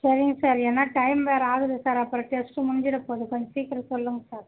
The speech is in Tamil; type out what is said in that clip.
சரிங்க சார் ஏன்னால் டைம் வேறு ஆகுது சார் அப்புறம் டெஸ்ட்டு முடிஞ்சிற போகுது சார் கொஞ்சம் சீக்கிரம் சொல்லுங்க சார்